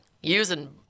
using